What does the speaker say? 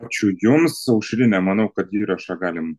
ačiū jums aušrine manau kad įrašą galim